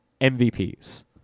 mvps